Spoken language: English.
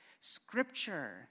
scripture